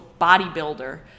bodybuilder